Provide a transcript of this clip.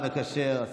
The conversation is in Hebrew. אתה רוצה גם לשמוע?